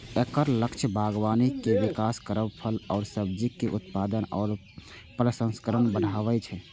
एकर लक्ष्य बागबानी के विकास करब, फल आ सब्जीक उत्पादन आ प्रसंस्करण बढ़ायब छै